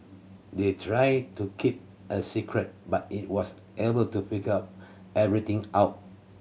they tried to keep a secret but he was able to figure everything out